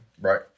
Right